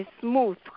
smooth